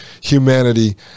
humanity